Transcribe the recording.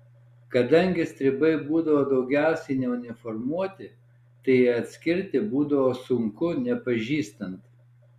kadangi stribai būdavo daugiausiai neuniformuoti tai ir atskirti būdavo sunku nepažįstant